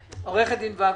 עורכת הדין ואגו,